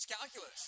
calculus